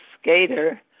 skater